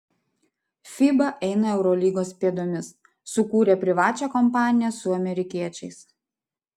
fiba eina eurolygos pėdomis sukūrė privačią kompaniją su amerikiečiais